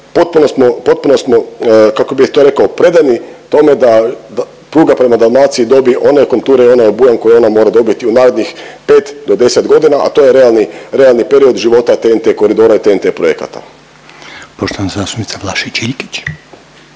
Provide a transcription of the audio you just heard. potpuno smo, kako bih to rekao, predani tome da pruga prema Dalmaciji dobije one konture i onaj obujam koji ona mora dobiti u narednih 5 do 10 godina, a to je realni period života TNT koridora i TNT projekata.